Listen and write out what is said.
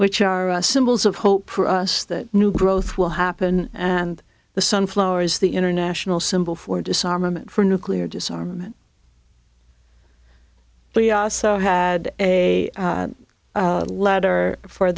which are symbols of hope for us that new growth will happen and the sunflower is the international symbol for disarmament for nuclear disarmament but we also had a letter for